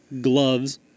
gloves